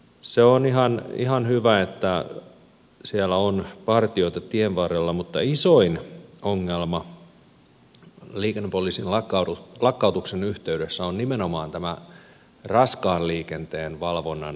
se on ihan hyvä että siellä on partioita tienvarrella mutta isoin ongelma liikennepoliisin lakkautuksen yhteydessä on nimenomaan tämä raskaan liikenteen valvonnan heikkeneminen